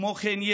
כמו כן,